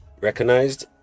recognized